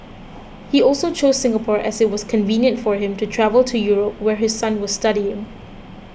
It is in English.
he also chose Singapore as it was convenient for him to travel to Europe where his son was studying